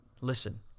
Listen